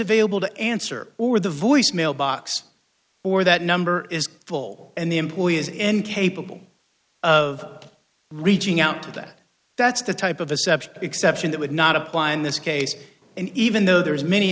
available to answer or the voicemail box or that number is full and the employee is incapable of reaching out to that that's the type of aseptic exception that would not apply in this case and even though there's many